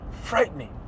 frightening